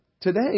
today